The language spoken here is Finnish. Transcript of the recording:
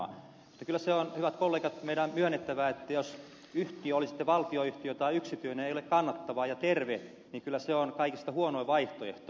mutta kyllä se on hyvät kollegat meidän myönnettävä että jos yhtiö oli sitten valtion yhtiö tai yksityinen ei ole kannattava ja terve niin kyllä se on kaikista huonoin vaihtoehto